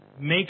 Make